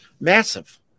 Massive